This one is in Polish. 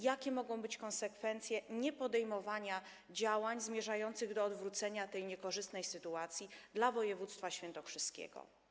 Jakie mogą być konsekwencje niepodejmowania działań zmierzających do odwrócenia tej niekorzystnej sytuacji dla województwa świętokrzyskiego?